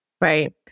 Right